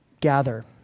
gather